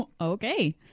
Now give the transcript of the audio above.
Okay